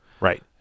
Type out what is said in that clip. Right